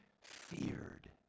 feared